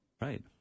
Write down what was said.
Right